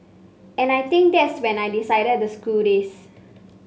and I think that's when I decided to screw this